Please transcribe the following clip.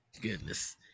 goodness